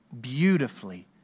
beautifully